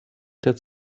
that